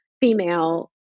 female